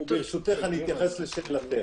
וברשותך אני אתייחס לשאלתך.